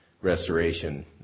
restoration